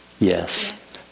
Yes